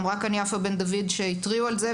אמרה כאן יפה בן דוד שהתריעו על זה,